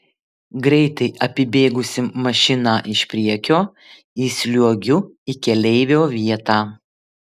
greitai apibėgusi mašiną iš priekio įsliuogiu į keleivio vietą